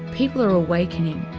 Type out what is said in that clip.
people are awakening,